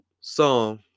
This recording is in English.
song